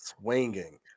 swinging